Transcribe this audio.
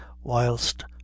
whilst